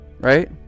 Right